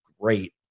great